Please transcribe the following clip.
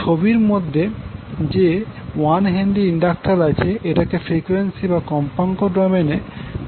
ছবির মধ্যে যে 1H ইন্ডাক্টর আছে এটাকে ফ্রিকোয়েন্সি বা কম্পাঙ্ক ডোমেইনে পরিবর্তন করা হবে